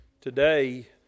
today